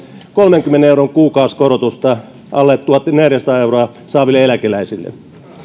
kolmenkymmenen euron kuukausikorotusta alle tuhatneljäsataa euroa saaville eläkeläisille